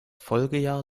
folgejahr